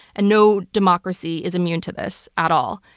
and no democracy is immune to this at all.